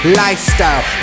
lifestyle